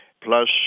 plus